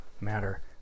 matter